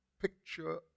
picture